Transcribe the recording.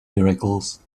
miracles